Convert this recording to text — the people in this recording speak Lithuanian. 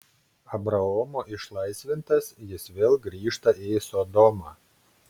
abraomo išlaisvintas jis vėl grįžta į sodomą